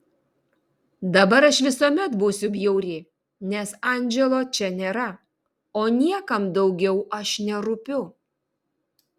dabar aš visuomet būsiu bjauri nes andželo čia nėra o niekam daugiau aš nerūpiu